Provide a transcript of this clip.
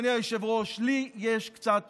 אדוני היושב-ראש, לי יש קצת תקווה.